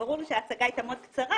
ברור שההצגה הייתה מאוד קצרה,